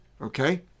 Okay